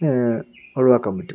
ഒഴിവാക്കാൻ പറ്റും